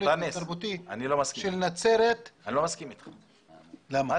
התרבותי, הרפואי, החינוכי, שירותי ממשל.